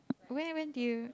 where when did you